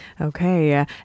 okay